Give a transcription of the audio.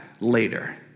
later